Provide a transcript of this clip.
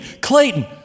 Clayton